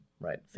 right